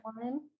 One